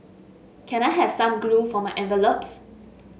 can I have some glue for my envelopes